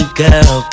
girl